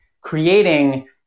creating